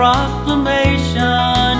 proclamation